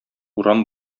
урам